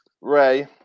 Ray